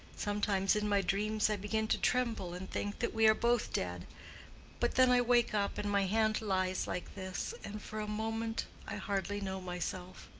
sometimes in my dreams i begin to tremble and think that we are both dead but then i wake up and my hand lies like this, and for a moment i hardly know myself.